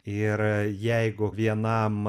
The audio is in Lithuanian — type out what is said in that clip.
ir jeigu vienam